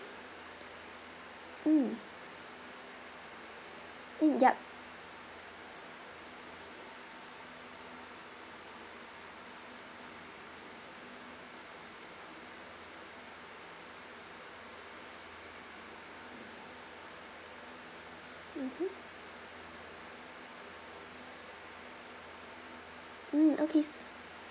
mm mm yup mmhmm mm okay s~